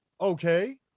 okay